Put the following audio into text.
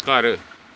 ਘਰ